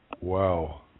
wow